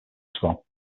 maxwell